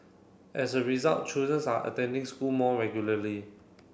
as a result children's are attending school more regularly